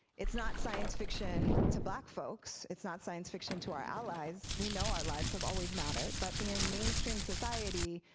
it's not science fiction to black folks. it's not science fiction to our allies. we know our lives have always mattered. but in mainstream society,